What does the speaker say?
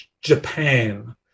Japan